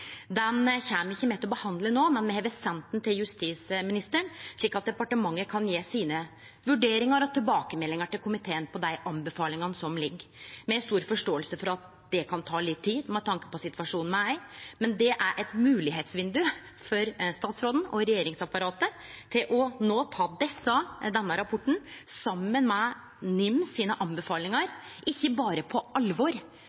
kjem ikkje til å behandle han no, men me har sendt han til justisministeren, slik at departementet kan gje sine vurderingar og tilbakemeldingar til komiteen på dei anbefalingane som ligg der. Me har stor forståing for at det kan ta litt tid med tanke på situasjonen me er i. Det er likevel mogleg for statsråden og regjeringsapparatet no å ta denne rapporten saman med anbefalingane frå NIM